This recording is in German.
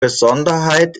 besonderheit